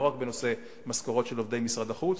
לא רק בנושא משכורות של עובדי משרד החוץ,